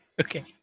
Okay